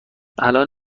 الان